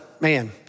Man